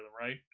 right